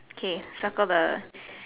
K circle the